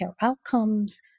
outcomes